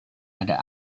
ada